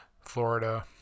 Florida